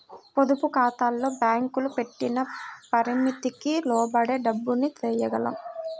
పొదుపుఖాతాల్లో బ్యేంకులు పెట్టిన పరిమితికి లోబడే డబ్బుని తియ్యగలం